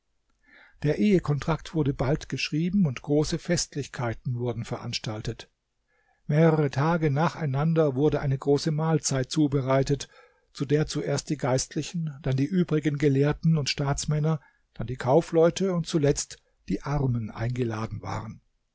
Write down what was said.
der ehe kontrakt wurde bald geschrieben und große festlichkeiten wurden veranstaltet mehrere tage nacheinander wurde eine große mahlzeit zubereitet zu der zuerst die geistlichen dann die übrigen gelehrten und staatsmänner dann die kaufleute und zuletzt die armen geladen waren